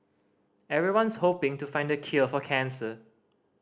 everyone's hoping to find the cure for cancer